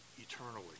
eternally